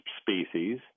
species